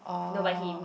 oh